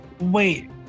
Wait